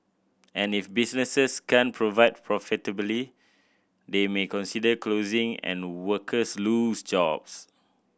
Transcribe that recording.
and if businesses can't provide profitably they may consider closing and workers lose jobs